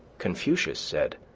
confucius said,